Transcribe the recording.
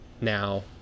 now